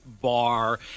bar